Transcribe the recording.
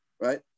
right